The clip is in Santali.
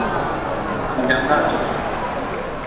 ᱡᱟᱢᱫᱟ ᱟᱹᱛᱩ ᱠᱷᱚᱱ